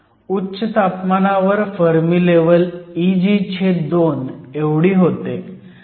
उच्च तापमानावर Fermi level Eg2 एवढी होते